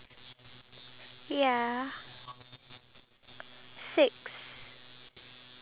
and for dogs you need to take them out for a walk otherwise they will get